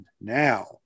now